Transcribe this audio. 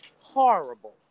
horrible